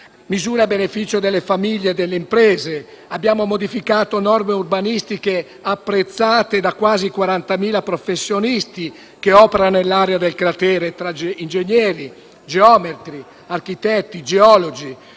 a beneficio delle famiglie e delle imprese. Abbiamo modificato norme urbanistiche, apprezzate da quasi quarantamila professionisti che operano nell'area del cratere, tra ingegneri, geometri, architetti e geologi.